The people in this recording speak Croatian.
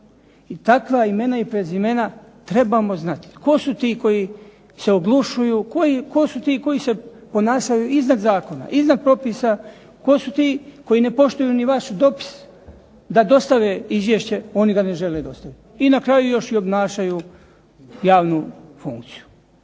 i takva imena i prezimena trebamo znati. Tko su ti koji se oglušuju, tko su ti koji se ponašaju iznad zakona, iznad propisa, tko su ti koji ne poštuju ni vaš dopis da dostave izvješće, oni ga ne žele dostaviti i na kraju još i obnašaju javnu funkciju.